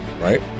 right